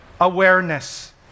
Awareness